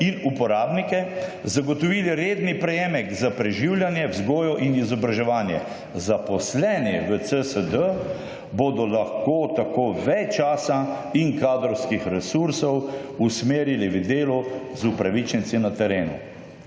in uporabnike, zagotovili redni prejemek za preživljanje, vzgojo in izobraževanje. Zaposleni v CSD bodo lahko tako več časa in kadrovskih resursov usmerili v delo z upravičenci na terenu.